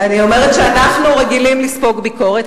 אני אומרת שאנחנו רגילים לספוג ביקורת,